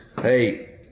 hey